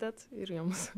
ir jums